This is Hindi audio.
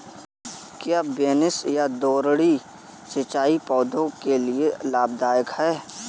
क्या बेसिन या द्रोणी सिंचाई पौधों के लिए लाभदायक है?